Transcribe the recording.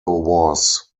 was